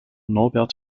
norbert